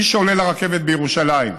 מי שעולה לרכבת בירושלים,